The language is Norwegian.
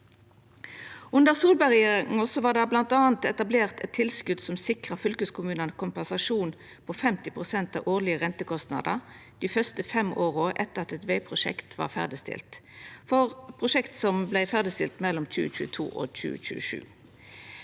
Under Solberg-regjeringa vart det m.a. etablert eit tilskot som sikra fylkeskommunane kompensasjon på 50 pst. av årlege rentekostnader dei første fem åra etter at eit vegprosjekt var ferdigstilt, for prosjekt som vart ferdigstilte mellom 2022 og 2027.